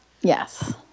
Yes